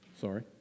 Sorry